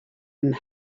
and